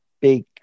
big